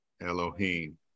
Elohim